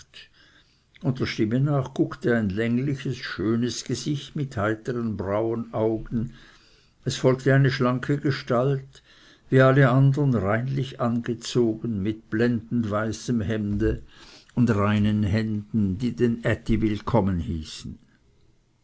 und der stimme nach guckte ein längliches schönes gesicht mit heitern braunen augen es folgte eine schlanke gestalt wie alle andern reinlich angezogen mit blendend weißem hemde und reinen händen die den ätti willkommen hießen